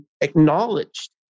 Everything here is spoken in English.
acknowledged